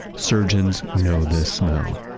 surgeons know this smell.